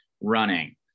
running